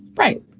right.